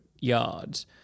Yards